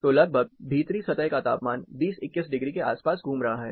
तो लगभग भीतरी सतह का तापमान 20 21 डिग्री के आसपास घूम रहा है